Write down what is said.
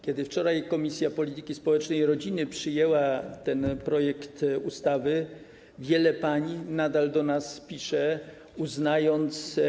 Kiedy wczoraj Komisja Polityki Społecznej i Rodziny przyjęła ten projekt ustawy, wiele pań do nas napisało, uznając.